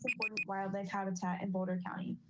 important wildlife habitat in boulder county.